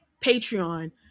Patreon